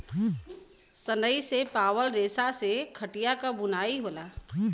सनई से पावल रेसा से खटिया क बुनाई होला